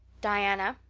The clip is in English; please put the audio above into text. diana,